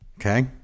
Okay